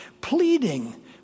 pleading